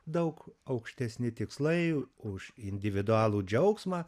daug aukštesni tikslai už individualų džiaugsmą